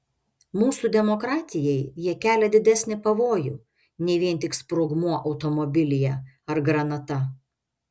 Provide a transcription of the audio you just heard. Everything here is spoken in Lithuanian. mūsų demokratijai jie kelia didesnį pavojų nei vien tik sprogmuo automobilyje ar granata